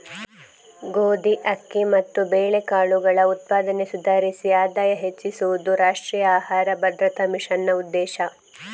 ಗೋಧಿ, ಅಕ್ಕಿ ಮತ್ತು ಬೇಳೆಕಾಳುಗಳ ಉತ್ಪಾದನೆ ಸುಧಾರಿಸಿ ಆದಾಯ ಹೆಚ್ಚಿಸುದು ರಾಷ್ಟ್ರೀಯ ಆಹಾರ ಭದ್ರತಾ ಮಿಷನ್ನ ಉದ್ದೇಶ